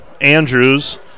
Andrews